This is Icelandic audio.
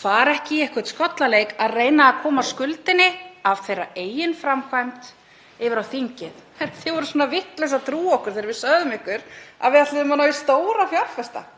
fari ekki í einhvern skollaleik að reyna að koma skuldinni af þeirra eigin framkvæmd yfir á þingið. „Þið voruð svona vitlaus að trúa okkur þegar við sögðum ykkur að við ætluðum að ná í stóra fjárfesta.